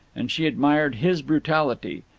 and she admired his brutality,